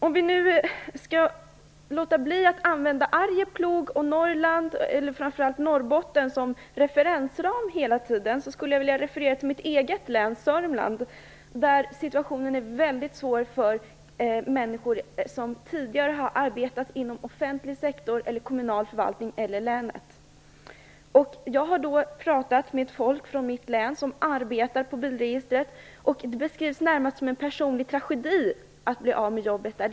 Om vi nu skall låta bli att använda Arjeplog och framför allt Norrbotten som referensram hela tiden skulle jag vilja referera till mitt hemlän Sörmland. Där är situationen väldigt svår för människor som tidigare har arbetat inom offentlig sektor, kommunal förvaltning eller för länet. Jag har talat med människor från mitt hemlän som arbetar på bilregistret. Det har närmast beskrivits som en personlig tragedi att bli av med jobbet där.